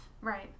Right